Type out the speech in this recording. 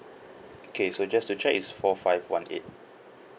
okay so just to check it's four five one eight